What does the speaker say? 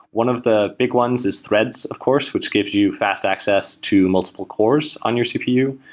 one of the big ones is threads, of course, which gives you fast access to multiple cores on your cpu.